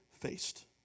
faced